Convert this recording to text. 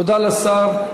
תודה לשר.